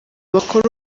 bakora